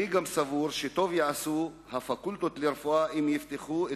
אני גם סבור שטוב יעשו הפקולטות לרפואה אם יפתחו את